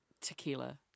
Tequila